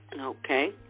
Okay